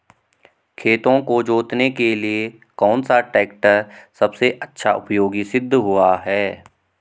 खेतों को जोतने के लिए कौन सा टैक्टर सबसे अच्छा उपयोगी सिद्ध हुआ है?